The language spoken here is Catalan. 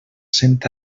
cent